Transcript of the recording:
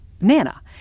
Nana